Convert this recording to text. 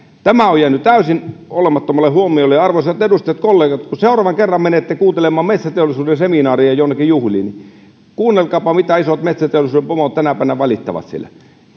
tämä on jäänyt täysin olemattomalle huomiolle arvoisat edustajakollegat kun seuraavan kerran menette kuuntelemaan metsäteollisuuden seminaaria jonnekin juhliin kuunnelkaapa mitä isot metsäteollisuuden pomot tänä päivänä valittavat siellä